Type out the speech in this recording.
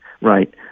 Right